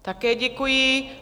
Také děkuji.